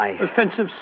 Offensive